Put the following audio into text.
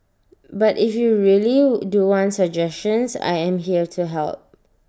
but if you really do want suggestions I am here to help